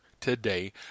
today